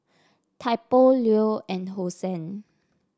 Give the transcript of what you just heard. Typo Leo and Hosen